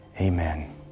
Amen